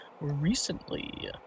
recently